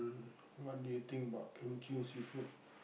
what do you think about seafood